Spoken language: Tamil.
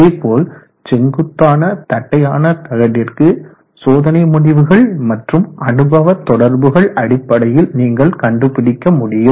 இதேபோல் செங்குத்தான தட்டையான தகடிற்கு சோதனை முடிவுகள் மற்றும் அனுபவ தொடர்புகள் அடிப்படையில் நீங்கள் கண்டுபிடிக்க முடியும்